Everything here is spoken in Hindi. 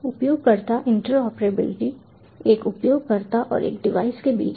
उपयोगकर्ता इंटरऑपरेबिलिटी एक उपयोगकर्ता और एक डिवाइस के बीच है